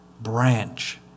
branch